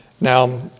Now